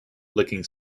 looking